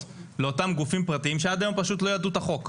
לאותם גופים פרטיים שעד היום פשוט לא ידעו את החוק,